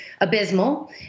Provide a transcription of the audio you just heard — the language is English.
abysmal